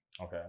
Okay